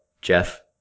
Jeff